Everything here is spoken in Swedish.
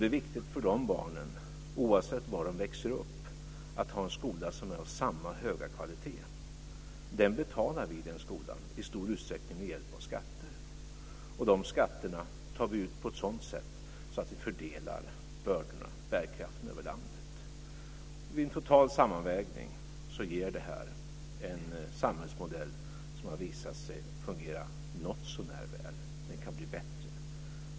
Det är viktigt för barnen, oavsett var de växer upp, att ha en skola av samma höga kvalitet. Den skolan betalar vi i stor utsträckning med hjälp av skatter, och de skatterna tar vi ut på ett sådant sätt att vi fördelar bördorna och bärkraften över landet. Vid en total sammanvägning ger det här en samhällsmodell som har visat sig fungera någotsånär väl. Den kan bli bättre.